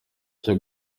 cyo